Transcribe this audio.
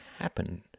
happen